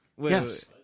Yes